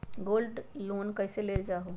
Gold loan कईसे लेल जाहु?